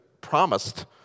promised